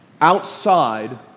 outside